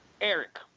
Eric